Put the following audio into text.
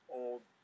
old